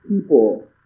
people